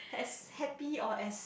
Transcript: as happy or as